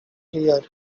here